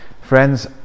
Friends